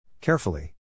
Carefully